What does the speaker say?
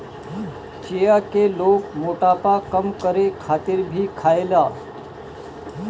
चिया के लोग मोटापा कम करे खातिर भी खायेला